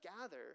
gather